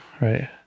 right